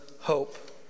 hope